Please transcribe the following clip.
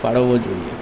ફાળવવો જોઈએ